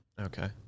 Okay